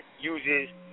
uses